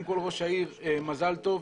ראש העיר, מזל טוב.